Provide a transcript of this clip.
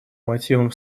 мотивам